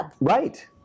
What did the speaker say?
right